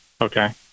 Okay